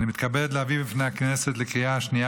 אני מתכבד להביא בפני הכנסת לקריאה השנייה